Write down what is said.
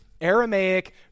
Aramaic